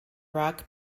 rock